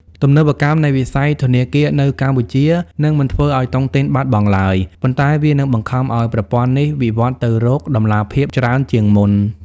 ទំនើបកម្មនៃវិស័យធនាគារនៅកម្ពុជានឹងមិនធ្វើឱ្យតុងទីនបាត់បង់ឡើយ ប៉ុន្តែវានឹងបង្ខំឱ្យប្រព័ន្ធនេះវិវត្តទៅរក "តម្លាភាព" ច្រើនជាងមុន។